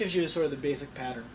gives you sort of the basic pattern